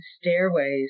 stairways